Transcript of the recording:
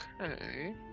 okay